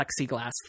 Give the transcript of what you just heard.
plexiglass